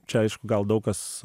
čia aišku gal daug kas